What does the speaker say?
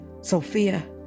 Sophia